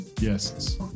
Yes